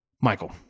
Michael